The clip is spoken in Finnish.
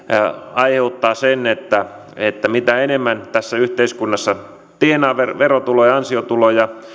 aiheuttaa sen että että mitä enemmän tässä yhteiskunnassa tienaa ansiotuloja